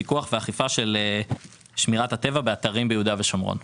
פיקוח ואכיפה של שמירת הטבע באתרים ביהודה ושומרון.